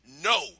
no